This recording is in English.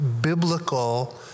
biblical